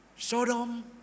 Sodom